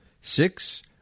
Six